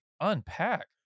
unpack